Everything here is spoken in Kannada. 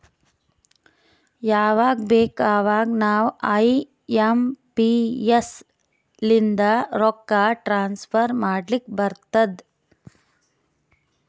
ಯವಾಗ್ ಬೇಕ್ ಅವಾಗ ನಾವ್ ಐ ಎಂ ಪಿ ಎಸ್ ಲಿಂದ ರೊಕ್ಕಾ ಟ್ರಾನ್ಸಫರ್ ಮಾಡ್ಲಾಕ್ ಬರ್ತುದ್